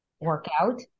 workout